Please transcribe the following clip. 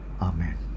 Amen